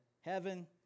heaven